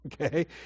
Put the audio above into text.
Okay